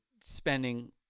spending